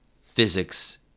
physics